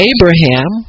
Abraham